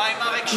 מה עם אריק שרון?